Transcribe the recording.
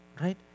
Right